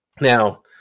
Now